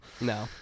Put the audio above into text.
no